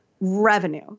revenue